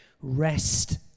rest